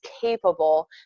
capable